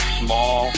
small